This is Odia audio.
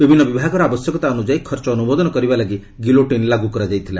ବିଭିନ୍ନ ବିଭାଗର ଆବଶ୍ୟକତା ଅନୁଯାୟୀ ଖର୍ଚ୍ଚ ଅନୁମୋଦନ କରିବା ଲାଗି ଗିଲୋଟିନ୍ ଲାଗୁ କରାଯାଇଥିଲା